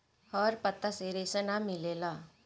हर पत्ता से रेशा ना मिलेला